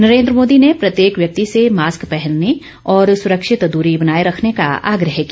नरेन्द्र मोदी ने प्रत्येक व्यक्ति से मास्क पहनने और सुरक्षित दूरी बनाए रखने का आग्रह किया